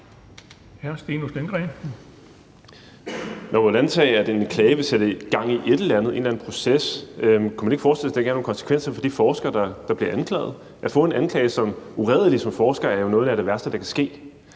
må vel antage, at en klage vil sætte gang i et eller andet, en eller anden proces. Kunne man ikke forestille sig, at det ville have nogen konsekvenser for de forskere, der bliver anklaget? At blive anklaget for uredelighed er jo noget af det værste for en